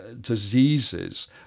diseases